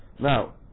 Now